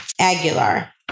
Aguilar